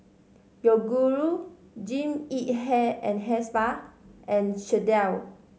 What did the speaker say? Yoguru Jean Yip Hair and Hair Spa and Chesdale